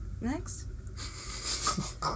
next